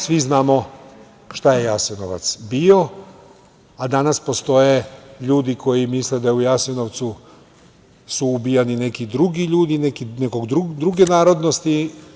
Svi znamo šta je Jasenovac bio, a danas postoje ljudi koji misle da su u Jasenovcu ubijani neki drugi ljudi, neke druge narodnosti.